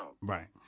Right